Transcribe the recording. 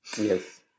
yes